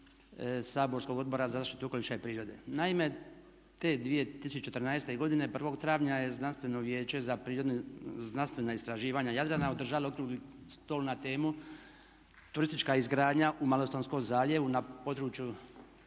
saborskog Odbora za zaštitu okoliša i prirode. Naime, te 2014.godine 1.travnja je Znanstveno vijeće za znanstvena istraživanja Jadranka održalo okrugli stol na temu turistička izgradnja u Malostonskom zaljevu na području